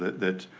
that